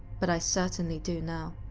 but i certainly do now.